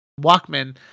Walkman